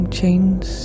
chains